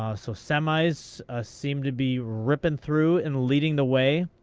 ah so semis seem to be ripping through and leading the way.